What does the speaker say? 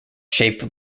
shaped